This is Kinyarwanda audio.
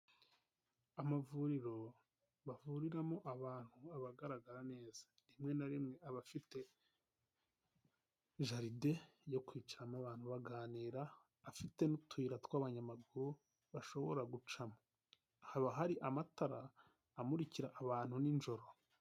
Amavuriro bavuriramo abantu aba agaragara neza, rimwe na rimwe aba afite jaride yo kwicaramo abantu baganira, afite n'utuyira tw'abanyamaguru bashobora gucamo, haba hari amatara amurikira abantu nijoro.